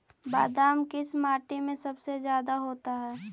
बादाम किस माटी में सबसे ज्यादा होता है?